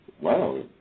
wow